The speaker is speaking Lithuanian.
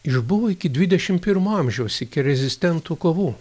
išbuvo iki dvidešimt pirmo amžiaus iki rezistentų kovų